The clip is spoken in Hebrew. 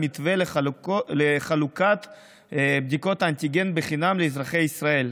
על מתווה לחלוקת בדיקות אנטיגן בחינם לאזרחי ישראל,